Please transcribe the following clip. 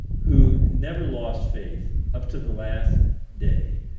who never lost faith, up to the last day,